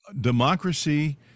democracy